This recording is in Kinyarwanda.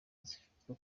zifatwa